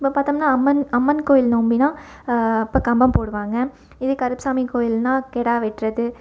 இப்போ பார்த்தோம்னா அம்மன் அம்மன் கோவில் நோம்புனா அப்போ கம்பம் போடுவாங்க இதே கருப்பசாமி கோயில்னால் கிடா வெட்டுறது